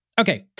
Okay